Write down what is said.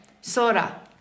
Sora